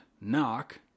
Knock